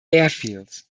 airfields